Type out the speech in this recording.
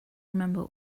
remember